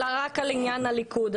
אלא רק לעניין הליכוד.